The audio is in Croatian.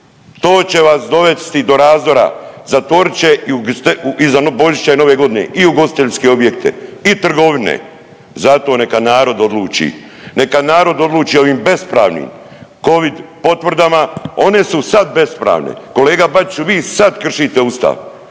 to će vas dovesti do razdora, zatvorit će iza Božića i Nove godine i ugostiteljske objekte i trgovine, zato neka narod odluči, neka narod odluči o ovim bespravnim covid potvrdama. One su sad bespravne, kolega Bačiću vi sad kršite ustav,